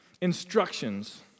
instructions